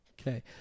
Okay